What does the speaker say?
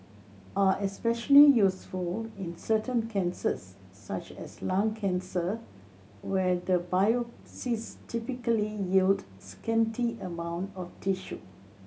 are especially useful in certain cancers such as lung cancer where the biopsies typically yield scanty amount of tissue